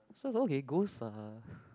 so I was okay ghosts ah